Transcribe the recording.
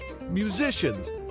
musicians